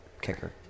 kicker